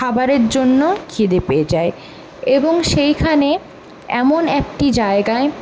খাবারের জন্য খিদে পেয়ে যায় এবং সেইখানে এমন একটি জায়গায়